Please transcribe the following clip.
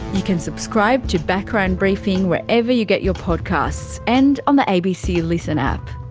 you can subscribe to background briefing wherever you get your podcasts, and on the abc listen app.